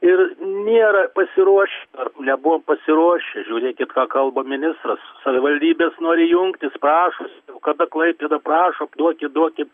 ir nėra pasiruošę dar nebuvom pasiruošę žiūrėti ką kalba ministras savivaldybės nori jungtis prašosi jau kada klaipėda prašo duokit duokit